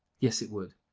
yes it would.